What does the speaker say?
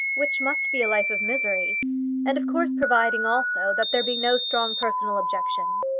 which must be a life of misery and of course providing also that there be no strong personal objection.